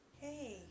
Hey